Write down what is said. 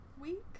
week